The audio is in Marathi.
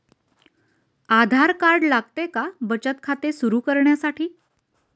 आधार कार्ड लागते का बचत खाते सुरू करण्यासाठी?